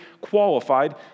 qualified